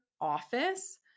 office